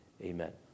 Amen